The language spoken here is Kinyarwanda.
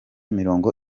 mirongo